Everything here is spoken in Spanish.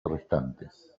restantes